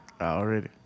Already